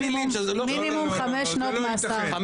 מינימום חמש שנות מאסר.